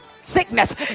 sickness